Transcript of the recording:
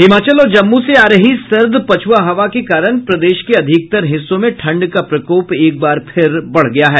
हिमाचल और जम्मू से आ रही सर्द पछुआ हवा के कारण प्रदेश के अधिकतर हिस्सों में ठंड का प्रकोप एक बार फिर बढ़ गया है